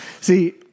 See